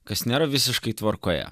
kas nėra visiškai tvarkoje